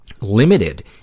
limited